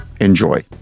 Enjoy